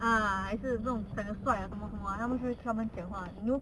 ah 还是弄 kanasai 什么什么然后他们会跟他们讲话 you know